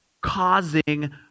causing